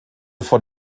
von